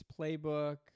Playbook